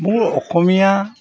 মোৰ অসমীয়া